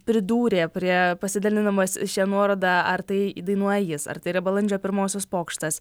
pridūrė prie pasidalinamas šia nuoroda ar tai dainuoja jis ar tai yra balandžio pirmosios pokštas